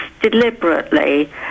deliberately